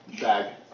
bag